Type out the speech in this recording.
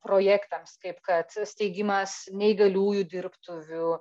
projektams kaip kad steigimas neįgaliųjų dirbtuvių